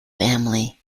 family